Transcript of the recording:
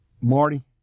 Marty